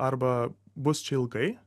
arba bus čia ilgai